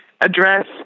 address